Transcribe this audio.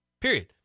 period